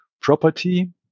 property